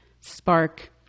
spark